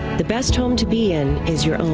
the best home to be and is your own.